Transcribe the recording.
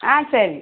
ஆ சரி